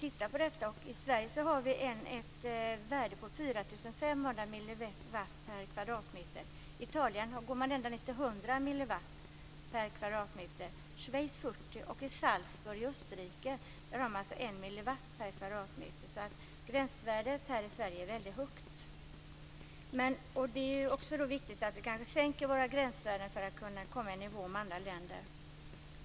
I Sverige har vi ett gränsvärde om 4 500 milliwatt per kvadratmeter. I Italien går man ända ned till 100 milliwatt och i Schweiz till 40 milliwatt per kvadratmeter. I Salzburg i Österrike har man ett gränsvärde vid 1 milliwatt per kvadratmeter. Gränsvärdet i Sverige är alltså mycket högt. Det är också viktigt att vi sänker våra gränsvärden för att komma i nivå med andra länder.